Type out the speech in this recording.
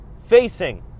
facing